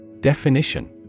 Definition